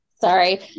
Sorry